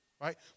right